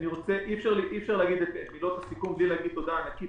אי אפשר לומר את מילות הסיכום בלי להגיד תודה ענקית